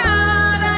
God